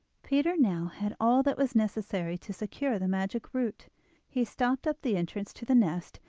peter now had all that was necessary to secure the magic root he stopped up the entrance to the nest,